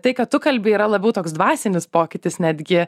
tai ką tu kalbi yra labiau toks dvasinis pokytis netgi